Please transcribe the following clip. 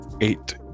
eight